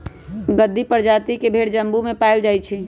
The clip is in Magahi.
गद्दी परजाति के भेड़ जम्मू में पाएल जाई छई